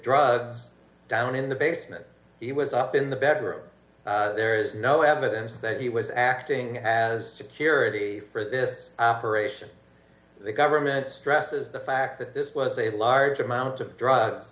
drugs down in the basement he was up in the bedroom there's no evidence that he was acting as kiribati for this operation the government stresses the fact that this was a large amount of drugs